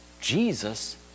Jesus